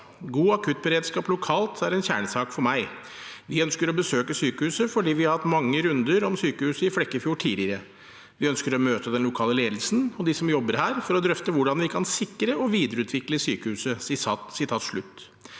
god akuttberedskap lokalt var en kjernesak for ham, og at de ønsket å besøke sykehuset fordi de hadde hatt mange runder om sykehuset i Flekkefjord tidligere. Han sa at de ønsket å møte den lokale ledelsen og de som jobbet der, for å drøfte hvordan de kunne sikre og videreutvikle sykehuset. Mitt